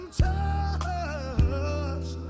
touch